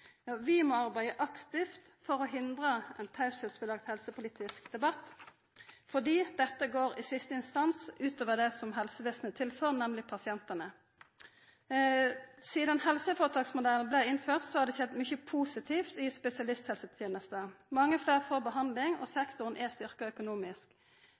leiinga. Vi må arbeida aktivt for å hindra ein helsepolitisk debatt med pålagd teieplikt, for dette går i siste instans ut over dei som helsestellet er til for, nemleg pasientane. Sidan helseføretaksmodellen blei innført, har det skjedd mykje positivt i spesialisthelsetenesta. Mange fleire får behandling, og sektoren er styrkt økonomisk.